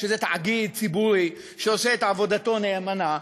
שזה תאגיד ציבורי שעושה את עבודתו נאמנה,